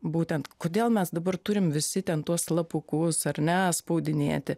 būtent kodėl mes dabar turim visi ten tuos slapukus ar ne spaudinėti